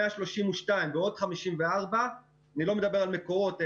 ה-132 מיליון ועוד 54 מיליון אני לא מדבר על מקורות,